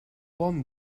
bon